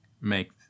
make